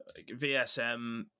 VSM